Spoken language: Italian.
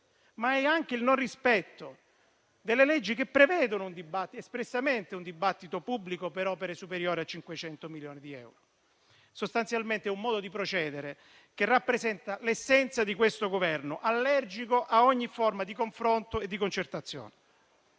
di mancato rispetto delle leggi che prevedono espressamente un dibattito pubblico per opere il cui costo è superiore a 500 milioni di euro. Sostanzialmente è un modo di procedere che rappresenta l'essenza di questo Governo, allergico a ogni forma di confronto e di concertazione.